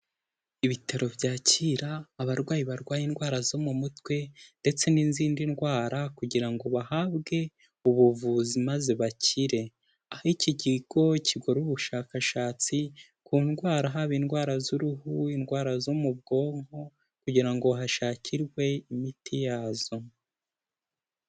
Ibitaro byakira abarwayi barwaye indwara zo mu mutwe ndetse n'izindi ndwara, kugira ngo bahabwe ubuvuzi maze bakire, aho iki kigo gikora ubushakashatsi ku ndwara haba indwara z'uruhu, indwara zo mu bwonko kugira ngo hashakirwe imiti yazo.